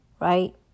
Right